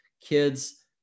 kids